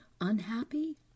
unhappy